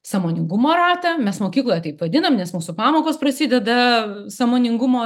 sąmoningumo ratą mes mokykloje taip vadinam nes mūsų pamokos prasideda sąmoningumo